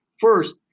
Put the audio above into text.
first